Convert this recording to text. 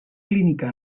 clínica